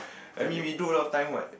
I mean we do a lot of time what